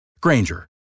Granger